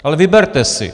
Ale vyberte si.